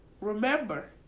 remember